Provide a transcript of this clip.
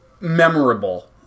memorable